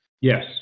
Yes